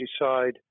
decide